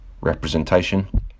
representation